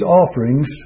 offerings